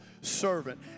servant